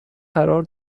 قرار